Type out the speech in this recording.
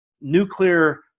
nuclear